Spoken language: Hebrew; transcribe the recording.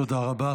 תודה רבה.